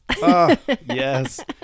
Yes